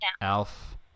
Alf